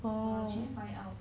要去 find out